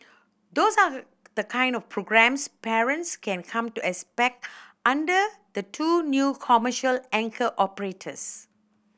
those are the kind of programmes parents can come to expect under the two new commercial anchor operators